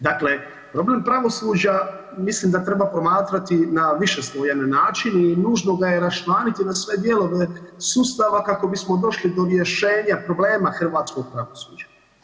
Dakle, problem pravosuđa mislim da treba promatrati na više slojevan način i nužno ga je raščlaniti na sve dijelove sustava kako bismo došli do rješenja problema hrvatskog pravosuđa.